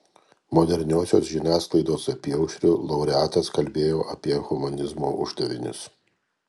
moderniosios žiniasklaidos apyaušriu laureatas kalbėjo apie humanizmo uždavinius